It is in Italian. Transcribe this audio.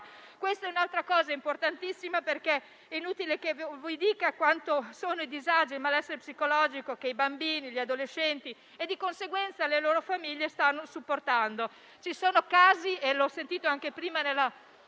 Questa è un'altra cosa importantissima; è inutile che vi dica quanto è grande il disagio e il malessere psicologico che i bambini, gli adolescenti e di conseguenza le loro famiglie stanno sopportando. Ho sentito prima nella